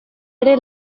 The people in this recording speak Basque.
ere